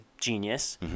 genius